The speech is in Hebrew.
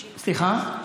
סליחה?